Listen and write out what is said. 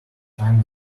time